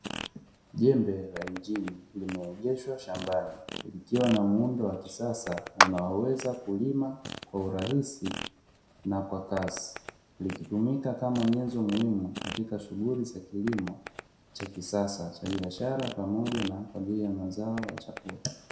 Jembe la injini limeegeshwa shambani likiwa na muundo wa kisasa unaoweza kulima kwa urahisi na kwa kasi, likitumika kama nyenzo muhimu katika shughuli za kilimo cha kisasa cha biashara pamoja na kwaajili ya mazao ya chakula.